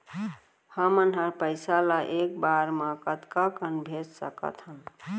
हमन ह पइसा ला एक बार मा कतका कन भेज सकथन?